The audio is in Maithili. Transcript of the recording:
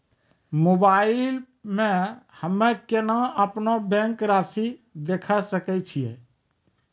मोबाइल मे हम्मय केना अपनो बैंक रासि देखय सकय छियै?